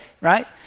right